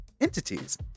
entities